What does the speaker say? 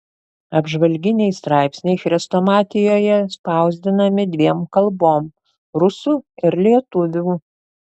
apžvalginiai straipsniai chrestomatijoje spausdinami dviem kalbom rusų ir lietuvių